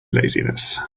laziness